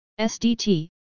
SDT